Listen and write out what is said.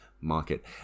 market